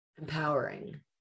Empowering